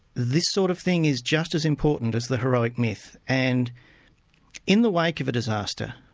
this sort of thing is just as important as the heroic myth, and in the wake of a disaster,